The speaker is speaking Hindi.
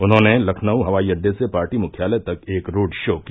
उन्होंने लखनऊ हवाई अड्डे से पार्टी मुख्यालय तक एक रोड शो किया